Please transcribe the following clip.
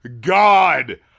God